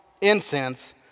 incense